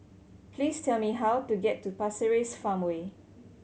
please tell me how to get to Pasir Ris Farmway